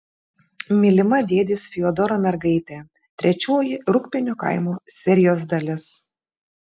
mylima dėdės fiodoro mergaitė trečioji rūgpienių kaimo serijos dalis